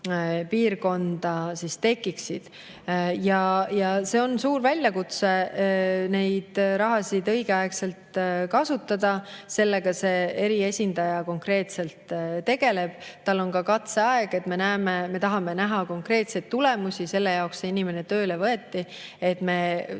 piirkonda tekiksid. On suur väljakutse neid rahasid õigeaegselt kasutada, sellega see eriesindaja konkreetselt tegeleb. Tal on ka katseaeg. Me tahame näha konkreetseid tulemusi, selle jaoks see inimene tööle võeti, et me